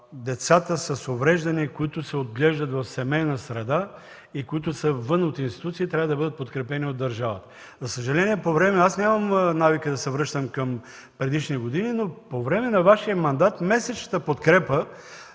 децата с увреждания, които се отглеждат в семейна среда и са извън институция, трябва да бъдат подкрепени от държавата. Нямам навика да се връщам към предишни години, но по време на Вашия мандат месечната подкрепа